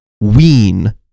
Ween